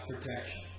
protection